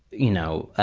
you know,